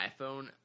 iPhone